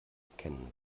erkennen